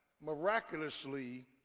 miraculously